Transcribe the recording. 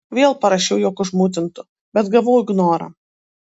vėl parašiau jog užmutintu bet gavau ignorą